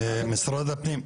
משרד הפנים.